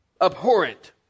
Abhorrent